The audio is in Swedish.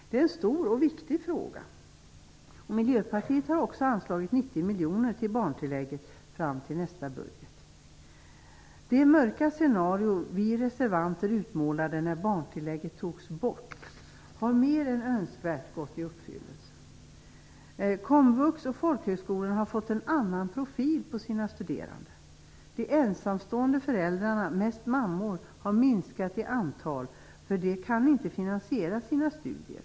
Det här är en stor och viktig fråga. Miljöpartiet har också anslagit 90 miljoner till barntillägget fram till nästa budget. Det mörka scenario vi reservanter målade upp när barntillägget togs bort har mer än önskvärt gått i uppfyllelse. Komvux och folkhögskolorna har fått en annan profil på sina studerande. De ensamstående föräldrarna, mest mammor, har minskat i antal eftersom de inte kan finansiera sina studier.